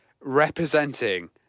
representing